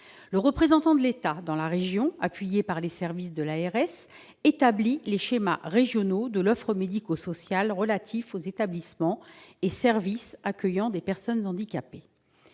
le représentant de l'État dans la région, appuyé par les services de l'ARS, établit les schémas régionaux de l'offre médico-sociale relatifs aux établissements et services accueillant des personnes handicapées.